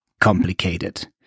complicated